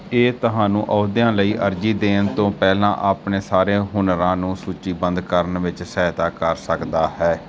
ਇਹ ਤੁਹਾਨੂੰ ਅਹੁਦਿਆਂ ਲਈ ਅਰਜ਼ੀ ਦੇਣ ਤੋਂ ਪਹਿਲਾਂ ਆਪਣੇ ਸਾਰੇ ਹੁਨਰਾਂ ਨੂੰ ਸੂਚੀਬੱਧ ਕਰਨ ਵਿੱਚ ਸਹਾਇਤਾ ਕਰ ਸਕਦਾ ਹੈ